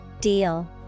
Deal